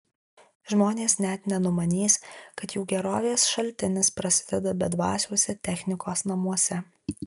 žmonės net nenumanys kad jų gerovės šaltinis prasideda bedvasiuose technikos namuose